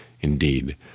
Indeed